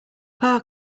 peter